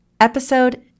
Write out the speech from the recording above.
Episode